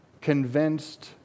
convinced